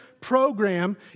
program